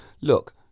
Look